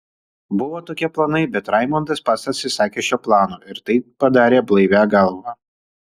buvo tokie planai bet raimondas pats atsisakė šio plano ir tai padarė blaivia galva